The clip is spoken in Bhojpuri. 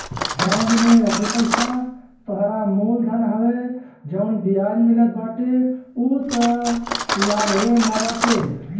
बैंक में रखल पईसा तोहरा मूल धन हवे जवन बियाज मिलत बाटे उ तअ लाभवे न बाटे